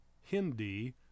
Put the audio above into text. Hindi